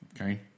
Okay